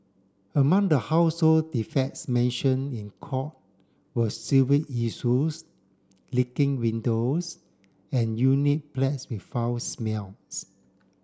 among the household defects mentioned in court were sewage issues leaking windows and unit plagued with foul smells